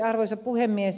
arvoisa puhemies